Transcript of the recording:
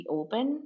open